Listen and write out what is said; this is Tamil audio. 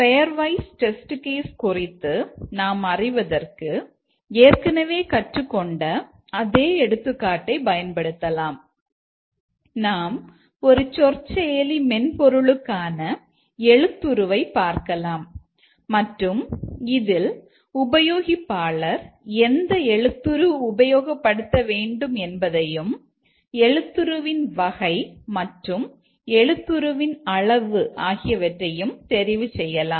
பெயர்வைஸ் உபயோகித்து தெரிவு செய்யலாம்